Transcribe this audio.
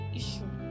issue